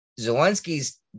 Zelensky's